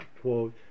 quote